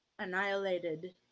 Annihilated